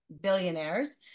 billionaires